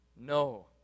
No